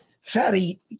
Fatty